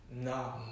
No